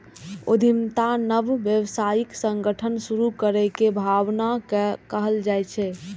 उद्यमिता नव व्यावसायिक संगठन शुरू करै के भावना कें कहल जाइ छै